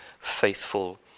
faithful